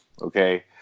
okay